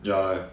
ya